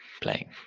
playing